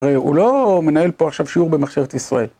הוא לא מנהל פה עכשיו שיעור במחשבת ישראל.